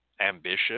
ambition